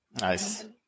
Nice